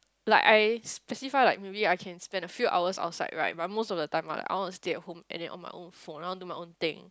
like I specify like maybe I can spend a few hours outside right but most of the time right I want to stay at home and then on my own phone do my own thing